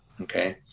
Okay